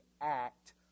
act